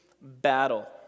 battle